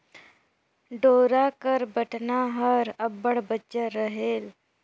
डोरा कर बटना हर अब्बड़ बंजर रहेल